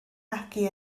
magu